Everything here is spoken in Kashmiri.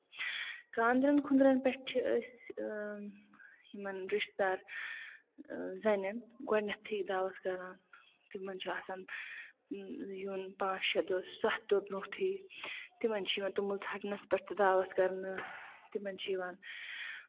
خاندرَن خُندرَن پٮ۪ٹھ چھِ أسۍ یِمن رِشتہٕ دار زَنٮ۪ن گۄڈٕنیتھٕے دعوت کران تِمن چھُ آسان یُُن پانٛژھ شےٚ دۄہ سَتھ دۄہ برونٹھٕے تِمَن چھُ یِوان توٚمُل ژھٹنَس پٮ۪ٹھ تہِ دعوت کرنہٕ تِمَن چھُ یِوان